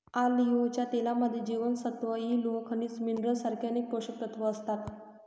ऑलिव्हच्या तेलामध्ये जीवनसत्व इ, लोह, खनिज मिनरल सारखे अनेक पोषकतत्व असतात